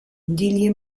déliez